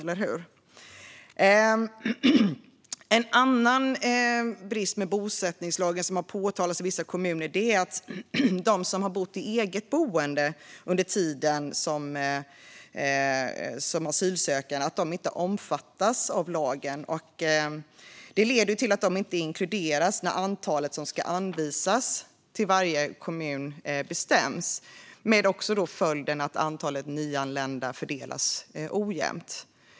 En annan brist med bosättningslagen som har påtalats i vissa kommuner är att de som har bott i eget boende under tiden som asylsökande inte omfattas av lagen. Det leder till att de inte inkluderas när antalet som ska anvisas till varje kommun bestäms, med följden att antalet nyanlända fördelas ojämnt.